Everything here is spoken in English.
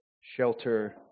shelter